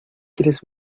quieres